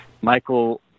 Michael